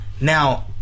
now